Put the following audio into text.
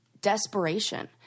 desperation